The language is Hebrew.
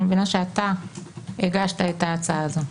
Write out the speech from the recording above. אני מבינה שאתה הגשת את ההצעה הזאת.